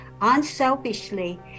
unselfishly